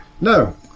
No